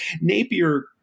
Napier